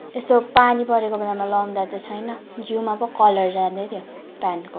यस्तो पानी परेको बेलामा लगाउँदा त छैन जिउमा पो कलर जाँदैथ्यो पेन्टको